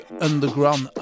Underground